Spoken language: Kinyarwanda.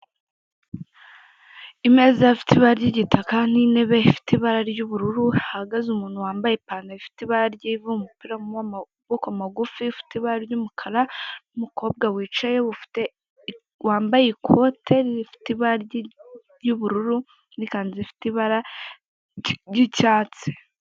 Imeza ifite ibara ry'igitaka n'intebe ifite ibara ry'ubururu, hahagaze umuntu wambaye ipantaro ifite ibara ry'ivu, umupira w'amaboko magufi ufite ibara ry'umukara, n'umukobwa wicaye wambaye ikote rifite ibara ry'ubururu n'ikanzu ifite ibara ry'icyatsi.